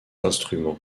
instrument